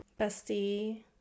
bestie